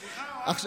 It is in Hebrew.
סליחה, אוהד.